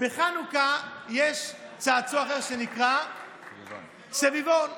בחנוכה יש צעצוע אחר, שנקרא, סביבון.